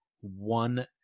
one